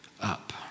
up